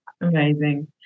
Amazing